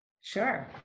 Sure